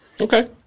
Okay